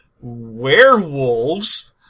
Werewolves